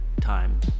time